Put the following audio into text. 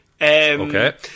Okay